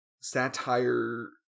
satire